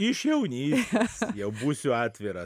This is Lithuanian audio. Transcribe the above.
iš jaunystės jau būsiu atviras